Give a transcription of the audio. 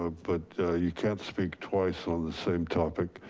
ah but you can't speak twice on the same topic.